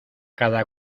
cada